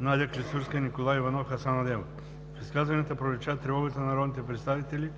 Надя Клисурска, Николай Иванов и Хасан Адемов. В изказванията пролича тревогата на народните представители,